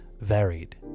varied